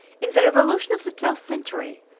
in the revolution of the twelfth century,